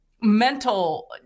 mental